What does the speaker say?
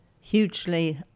hugely